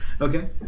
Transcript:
okay